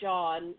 John